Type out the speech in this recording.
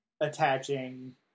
attaching